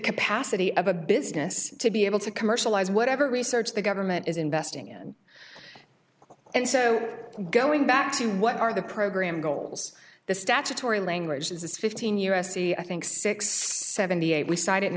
capacity of a business to be able to commercialize whatever research the government is investing in and so going back to what are the program goals the statutory language this fifteen year se i think six seventy eight we